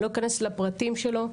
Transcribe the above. לא אכנס לפרטים שלו,